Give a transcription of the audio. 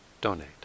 donate